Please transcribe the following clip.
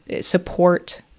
support